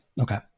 Okay